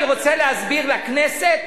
תגיד לציבור,